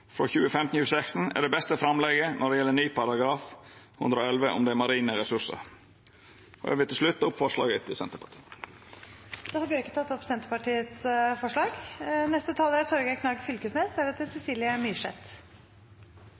er det beste framlegget når det gjeld ny paragraf § 111 om dei marine ressursane. Eg vil til slutt ta opp forslaget frå Senterpartiet. Representanten Nils T. Bjørke har tatt opp Senterpartiets forslag.